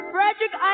Frederick